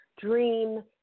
dream